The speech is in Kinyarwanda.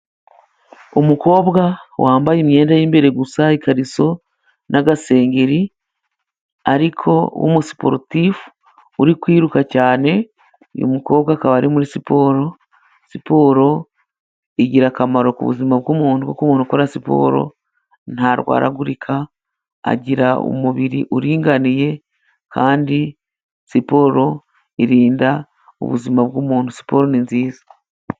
Umukobwa wambaye imyenda y'imbere gusa, ikariso n'agasengeri ariko w'umusiporutifu uri kwiruka cyane. Uyu mukobwa akaba ari muri siporo. Siporo igira akamaro ku buzima bw'umuntu kuko umuntuntu ukora siporo ntarwaragurika, agira umubiri uringaniye, kandi siporo irinda ubuzima bw'umuntu. Siporo ni nziza.